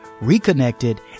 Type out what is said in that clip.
reconnected